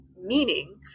meaning